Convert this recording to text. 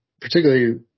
particularly